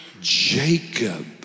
Jacob